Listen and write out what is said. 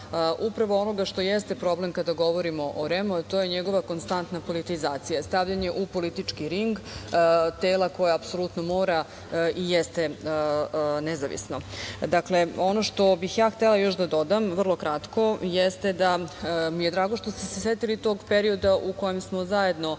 upravo onoga što jeste problem kada govorimo o REM-u, a to je njegova konstantna politizacija, stavljanje u politički ring tela koja apsolutno mora biti i jeste nezavisno. Ono što bih ja htela još da dodam, vrlo kratko, jeste da mi je drago što ste se setili tog perioda u kojem smo zajedno